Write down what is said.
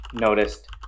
noticed